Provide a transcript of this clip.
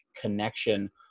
connection